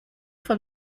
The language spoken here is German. von